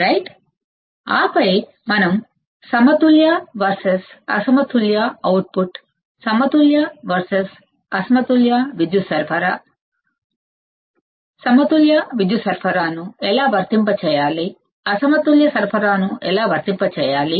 సరే ఆపై మనం సమతుల్య వర్సెస్ అసమతుల్య అవుట్పుట్ సమతుల్య వర్సెస్ అసమతుల్య విద్యుత్ సరఫరా సమతుల్య విద్యుత్ సరఫరాను ఎలా వర్తింపజేయాలి అసమతుల్య సరఫరాను ఎలా వర్తింపజేయాలి